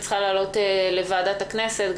אני צריכה לעלות לוועדת הכנסת,